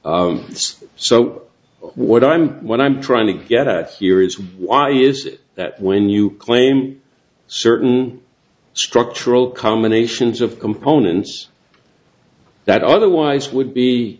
so what i'm what i'm trying to get at here is why is it that when you claim certain structural combinations of components that otherwise would be